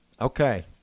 Okay